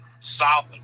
solid